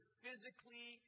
physically